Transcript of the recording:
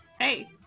hey